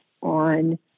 On